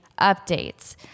updates